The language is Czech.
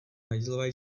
hajzlové